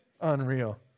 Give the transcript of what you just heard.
Unreal